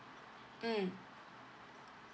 mm